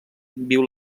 viu